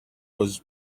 was